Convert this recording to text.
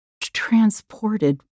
transported